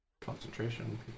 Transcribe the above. concentration